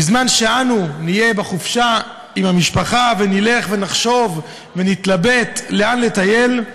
בזמן שאנו נהיה בחופשה עם המשפחה ונלך ונחשוב ונתלבט לאן לטייל,